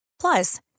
Plus